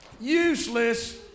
Useless